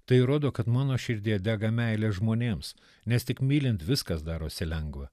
tai rodo kad mano širdyje dega meilė žmonėms nes tik mylint viskas darosi lengva